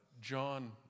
John